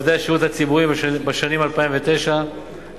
לעובדי השירות הציבורי בשנים 2009 ו-2010.